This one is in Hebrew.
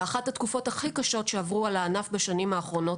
וזה באחת התקופות הכי קשות שעברו על הענף בשנים האחרונות,